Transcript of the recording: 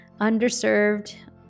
underserved